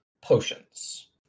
potions